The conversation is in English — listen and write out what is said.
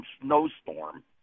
snowstorm